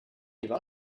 give